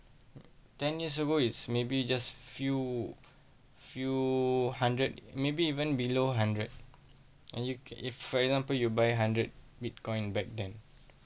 ten years ago it's maybe just few few hundred maybe even below hundred and you K if for example you buy hundred bitcoin back then